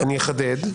אני אחדד.